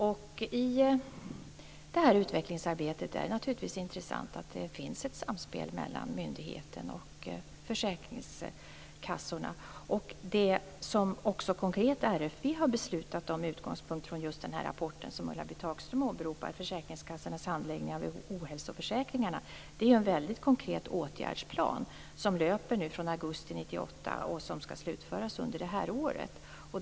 I detta utvecklingsarbete är det naturligtvis värdefullt om det finns ett samspel mellan myndigheten och försäkringskassorna. Det som RFV konkret har beslutat om med utgångspunkt just från den rapport som Ulla-Britt Hagström åberopar Försäkringskassornas handläggning av ohälsoförsäkringarna är ju en väldigt konkret åtgärdsplan som löper från augusti 1998 och som skall vara slutförd under det här året.